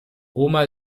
oma